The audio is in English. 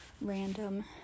random